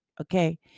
okay